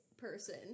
person